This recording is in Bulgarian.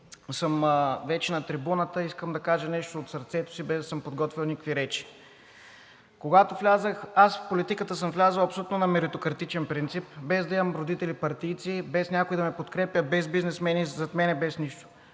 съм вече на трибуната, искам да кажа нещо от сърцето си, без да съм подготвил никакви речи. В политиката аз съм влязъл абсолютно на меритократичен принцип, без да имам родители партийци, без някой да ме подкрепя, без бизнесмени зад мен, без нищо.